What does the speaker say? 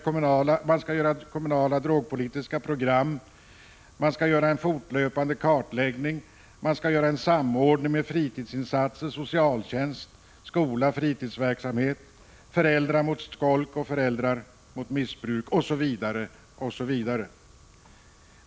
Man skall göra kommunala drogpolitiska program, man skall göra en fortlöpande kartläggning, man skall ha en samordning med fritidsaktiviteter, med socialtjänsten, skolan, fritidsverksamheten, man skall engagera föräldrarna mot skolket och mot missbruket osv.